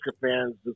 fans